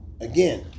again